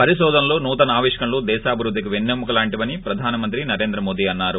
పరిశోధనలు నూతన ఆవిష్కరణలు దేశాభివృద్ధికి వెన్నె ముకలాంటి వని ప్రధాని మంత్రి నరేంద్ర మోది అన్నారు